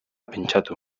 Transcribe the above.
pentsatu